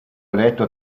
eletto